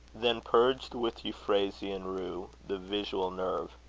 then purged with euphrasy and rue the visual nerve,